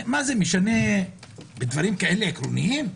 זה משנה בדברים כאלה עקרוניים?